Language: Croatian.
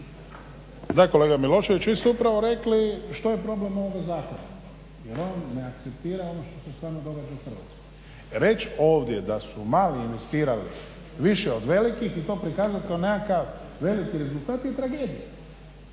Da kolega Miloševiću vi ste upravo rekli što je problem ovoga zakona, jer on ne akceptira ono što se stvarno događa u Hrvatskoj. Reć ovdje da su mali investirali više od velikih i to prikazat kako nekakav veliki rezultat je tragedija,